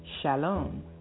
Shalom